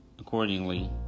Accordingly